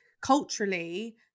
culturally